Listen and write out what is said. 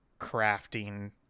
crafting